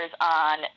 on